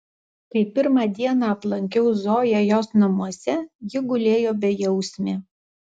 kai pirmą dieną aplankiau zoją jos namuose ji gulėjo bejausmė